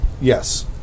Yes